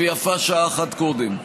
ויפה שעה אחת קודם.